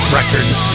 Records